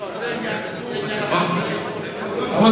הוא לא